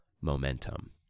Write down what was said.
momentum